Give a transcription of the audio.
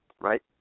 right